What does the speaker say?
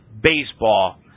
baseball